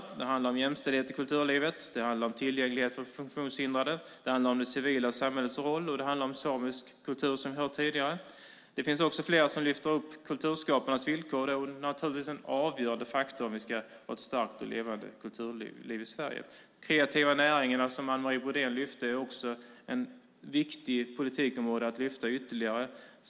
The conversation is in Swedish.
Det handlar om jämställdhet i kulturlivet, tillgänglighet för funktionshindrade, det civila samhällets roll och samisk kultur, som vi har hört tidigare. Det finns också flera som lyfter upp kulturskaparnas villkor, och det är naturligtvis en avgörande faktor om vi ska få ett starkt och levande kulturliv i Sverige. De kreativa näringar som Anne Marie Brodén lyfte fram är också ett viktigt politikområde.